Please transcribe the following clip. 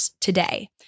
today